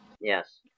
Yes